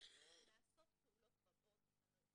שנעשות פעולות רבות.